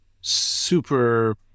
super